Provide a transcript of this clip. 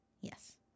Yes